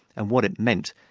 and what it meant,